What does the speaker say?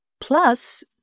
Plus